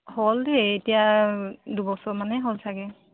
হ'ল দেই এতিয়া দুবছৰমানেই হ'ল চাগৈ